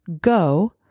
go